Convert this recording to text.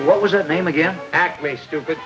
what was that name again acme stupid